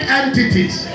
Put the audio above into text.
entities